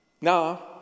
Now